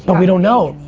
but we don't know.